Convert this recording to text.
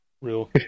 Real